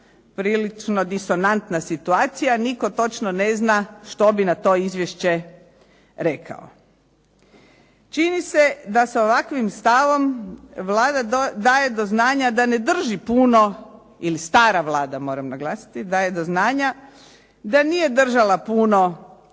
prilično disonantna situacija jer nitko točno ne zna što bi na to izvješće rekao. Čini da sa ovakvim stavom Vlada daje do znanja da ne drži puno ili stara Vlada moram naglasiti daje do znanja da nije držala puno